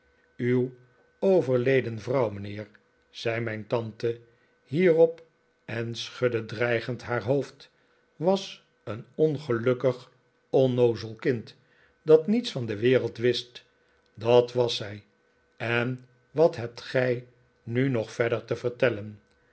uw overleden vrouw mijnheer zei mijn tante hierop en schudde dreigend haar hoofd was een ongelukkig onnoozel kind dat niets van de wereld wist dat was zij en wat hebt gij nu nog verder te vertellen